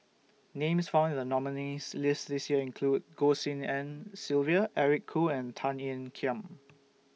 Names found in The nominees' list This Year include Goh Tshin En Sylvia Eric Khoo and Tan Ean Kiam